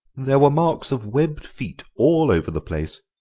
there were marks of webbed feet all over the place,